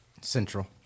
Central